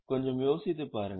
கொஞ்சம் யோசித்துப் பாருங்கள்